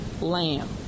lamb